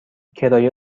کرایه